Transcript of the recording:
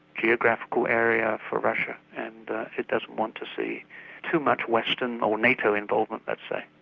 geographical area for russia, and it doesn't want to see too much western or nato involvement, let's say.